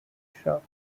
shop